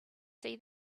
see